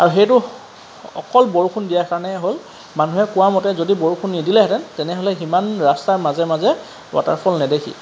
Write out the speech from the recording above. আৰু সেইটো অকল বৰষুণ দিয়াৰ কাৰণে হ'ল মানুহে কোৱা মতে যদি বৰষুণ নিদিলে হেতেঁন তেনেহ'লে সিমান ৰাস্তাৰ মাজে মাজে ৱাটাৰফল নেদেখি